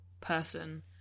person